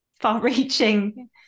far-reaching